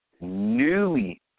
newly